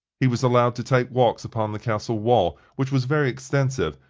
he was allowed to take walks upon the castle wall, which was very extensive,